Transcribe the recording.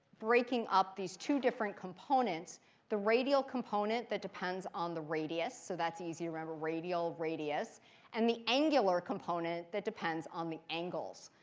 breaking up these two different components the radial component that depends on the radius so that's easy to remember, radial, radius and the angular component that depends on the angles.